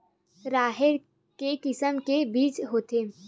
राहेर के किसम के बीज होथे?